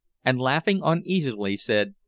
and laughing uneasily said,